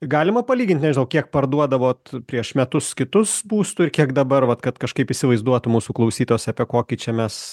galima palygint nežinau kiek parduodavot prieš metus kitus būstų ir kiek dabar vat kad kažkaip įsivaizduotų mūsų klausytojas apie kokį čia mes